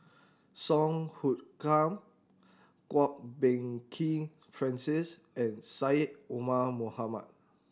Song Hoot Kiam Kwok Peng Kin Francis and Syed Omar Mohamed